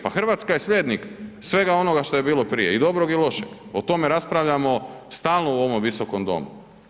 Pa Hrvatska je slijednik svega onoga što je bilo prije i dobrog i lošeg, o tome raspravljamo stalno u ovome Visokom domu.